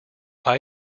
are